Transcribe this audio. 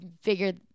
figured